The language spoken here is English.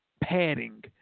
padding